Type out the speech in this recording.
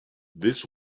this